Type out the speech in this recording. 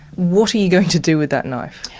what are you going to do with that knife?